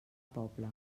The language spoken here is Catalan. poble